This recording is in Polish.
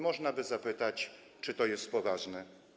Można by zapytać, czy to jest poważne.